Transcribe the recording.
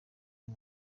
uyu